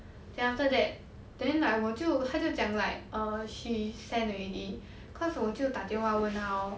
then after that then like 我就他就讲 like err she send already cause 我就打电话问他 lor